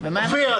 אופיר,